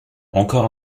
encore